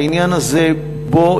העניין הזה יגיע,